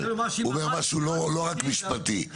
הוא אומר משהו לא רק משפטי.